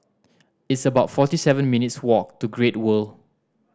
it's about forty seven minutes' walk to Great World